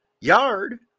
yard